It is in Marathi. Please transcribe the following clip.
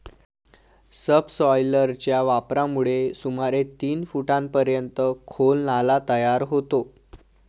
सबसॉयलरच्या वापरामुळे सुमारे तीन फुटांपर्यंत खोल नाला तयार होतो